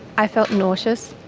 i felt nauseous,